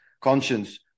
conscience